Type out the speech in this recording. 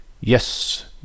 Yes